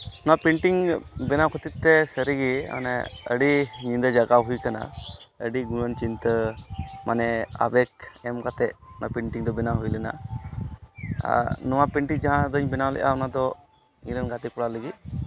ᱱᱚᱣᱟ ᱯᱮᱱᱴᱤᱝ ᱵᱮᱱᱟᱣ ᱠᱷᱟᱹᱛᱤᱨ ᱛᱮ ᱥᱟᱹᱨᱤᱜᱮ ᱟᱹᱰᱤ ᱧᱤᱫᱟᱹ ᱡᱟᱸᱜᱟᱣ ᱦᱩᱭ ᱠᱟᱱᱟ ᱟᱹᱰᱤ ᱜᱩᱱᱟᱹᱱ ᱪᱤᱱᱛᱟᱹ ᱢᱟᱱᱮ ᱟᱵᱮᱜᱽ ᱮᱢ ᱠᱟᱛᱮ ᱚᱱᱟ ᱯᱮᱱᱴᱤᱝ ᱫᱚ ᱵᱮᱱᱟᱣ ᱦᱩᱭ ᱞᱮᱱᱟ ᱟᱨ ᱱᱚᱣᱟ ᱯᱮᱱᱴᱤᱝ ᱡᱟᱦᱟᱸ ᱫᱚᱧ ᱵᱮᱱᱟᱣ ᱞᱮᱫᱟ ᱚᱱᱟᱫᱚ ᱤᱧ ᱨᱮᱱ ᱜᱟᱛᱮ ᱠᱚᱲᱟ ᱞᱟᱹᱜᱤᱫ